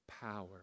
power